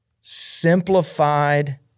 simplified